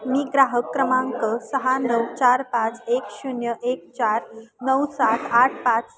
मी ग्राहक क्रमांक सहा नऊ चार पाच एक शून्य एक चार नऊ सात आठ पाच